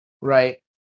right